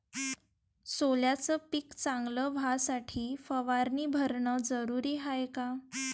सोल्याचं पिक चांगलं व्हासाठी फवारणी भरनं जरुरी हाये का?